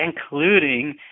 including